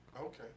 okay